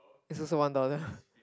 is also one dollar